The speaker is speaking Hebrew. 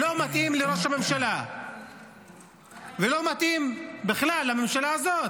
לא מתאים לראש הממשלה ולא מתאים בכלל לממשלה הזאת.